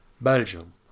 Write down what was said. Belgium